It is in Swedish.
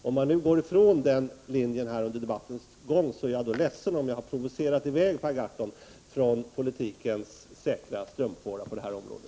Jag är ledsen om jag har provocerat Per Gahrton till att under debattens gång gå ifrån den linjen och överge politikens säkra strömfåra på detta område.